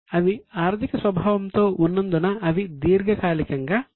అవి ఆర్థిక స్వభావంతో ఉన్నందున అవి దీర్ఘకాలికంగా ఉంటాయి